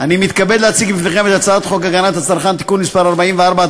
אני מתכבד להציג בפניכם את הצעת חוק הגנת הצרכן (תיקון מס' 44),